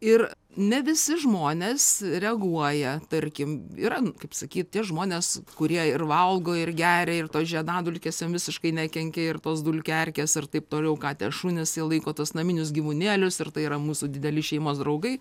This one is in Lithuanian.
ir ne visi žmonės reaguoja tarkim yra kaip sakyt tie žmonės kurie ir valgo ir geria ir tos žiedadulkės jiem visiškai nekenkia ir tos dulkių erkės ir taip toliau katės šunys laiko tuos naminius gyvūnėlius ir tai yra mūsų dideli šeimos draugai